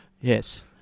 yes